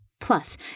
Plus